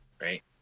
right